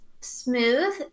smooth